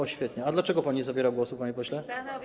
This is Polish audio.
O, świetnie, a dlaczego pan nie zabiera głosu, panie pośle?